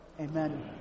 Amen